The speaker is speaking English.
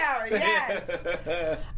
Yes